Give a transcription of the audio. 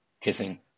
kissing